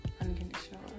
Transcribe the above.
unconditional